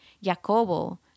Jacobo